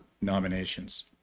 nominations